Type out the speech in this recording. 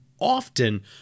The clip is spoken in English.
Often